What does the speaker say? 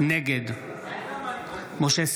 נגד משה סולומון,